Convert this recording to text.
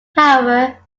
however